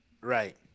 Right